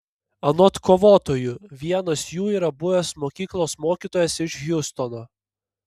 anot kovotojų vienas jų yra buvęs mokyklos mokytojas iš hjustono